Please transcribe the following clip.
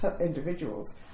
individuals